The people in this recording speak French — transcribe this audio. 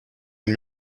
une